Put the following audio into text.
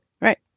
Right